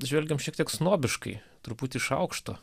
žvelgiam šiek tiek snobiškai truputį iš aukšto